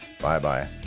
Bye-bye